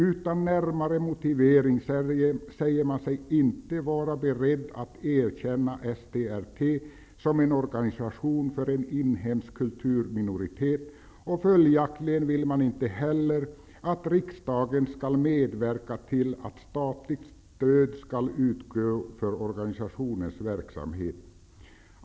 Utan närmare motivering säger man att man inte är beredd att erkänna STR-T som en organisation för en inhemsk kulturminoritet, och följaktligen vill man inte heller att riksdagen skall medverka till att statligt stöd skall utgå för organisationens verksamhet.